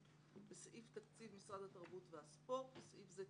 בסעיף תקציב משרד התרבות והספורט (בסעיף זה,